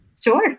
Sure